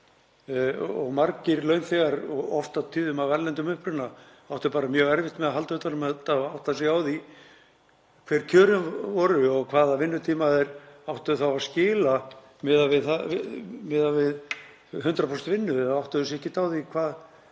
og margir launþegar, oft og tíðum af erlendum uppruna, áttu bara mjög erfitt með að halda utan um þetta og átta sig á því hver kjörin voru og hvaða vinnutíma þeir áttu að skila miðað við 100% vinnu, eða áttuðu sig ekki á því hvað